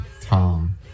Tom